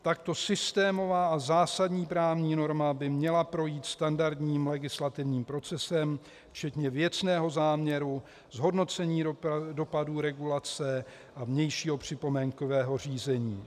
Takto systémová a zásadní právní norma by měla projít standardním legislativním procesem včetně věcného záměru, zhodnocení dopadu regulace a vnějšího připomínkového řízení.